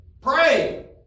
Pray